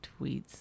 tweets